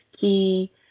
key